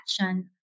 action